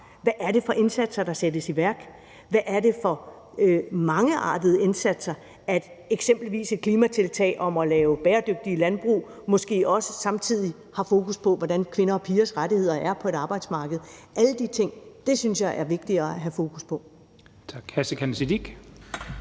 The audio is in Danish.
hvad det er for indsatser, der sættes i værk, hvad det er for mangeartede indsatser, der gøres. Eksempelvis kunne et klimatiltag om at lave bæredygtige landbrug måske også samtidig have fokus på, hvordan kvinder og pigers rettigheder er på et arbejdsmarked. Alle de ting synes jeg er vigtigere at have fokus på.